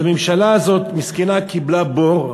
והממשלה הזאת, מסכנה, קיבלה בור,